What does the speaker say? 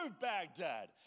Baghdad